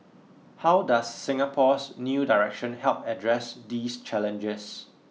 how does Singapore's new direction help address these challenges